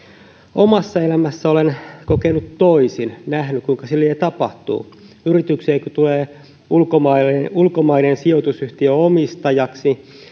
omassa elämässä olen kokenut toisin nähnyt kuinka siten tapahtuu yritykseen kun tulee ulkomainen ulkomainen sijoitusyhtiö omistajaksi